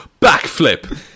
Backflip